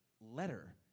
letter